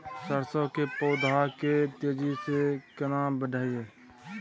सरसो के पौधा के तेजी से केना बढईये?